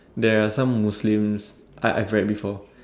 there are some Muslims I I've read before